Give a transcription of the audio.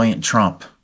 Trump